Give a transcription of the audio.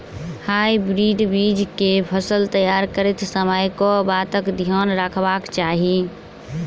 Hybrid बीज केँ फसल तैयार करैत समय कऽ बातक ध्यान रखबाक चाहि?